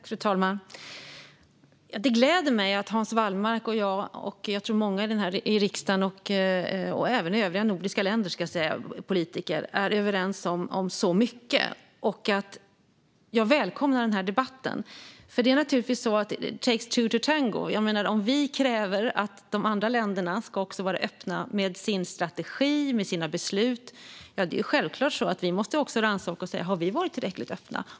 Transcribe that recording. Fru talman! Det gläder mig att Hans Wallmark och jag och, tror jag, många här i riksdagen och även politiker i övriga nordiska länder är överens om så mycket. Jag välkomnar denna debatt. It takes two to tango. Om vi kräver att andra länder ska vara öppna med sin strategi och sina beslut måste vi självklart rannsaka oss för att se om vi har varit tillräckligt öppna.